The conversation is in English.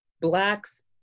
Blacks